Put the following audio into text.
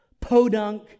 podunk